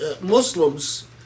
Muslims